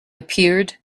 appeared